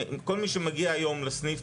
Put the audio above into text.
כל מי שמגיע היום לסניף,